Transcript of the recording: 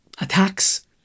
attacks